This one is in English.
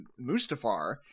Mustafar